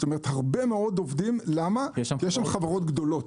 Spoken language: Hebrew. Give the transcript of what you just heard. כלומר, הרבה מאוד עובדים, כי יש שם חברות גדולות.